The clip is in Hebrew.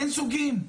אין סוגים?